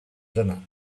dinner